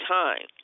time